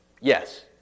Yes